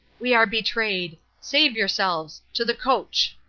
we are betrayed save yourselves. to the coach.